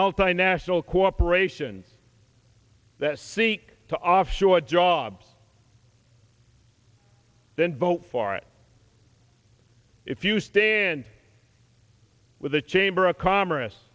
multinational corporations that seek to offshore jobs then vote for it if you stand with the chamber of commerce